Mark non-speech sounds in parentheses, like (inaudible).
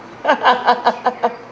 (laughs)